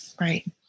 Right